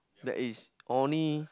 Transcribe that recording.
that is only